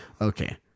Okay